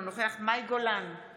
אינו נוכח מאי גולן,